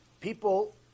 people